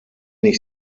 ich